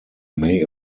may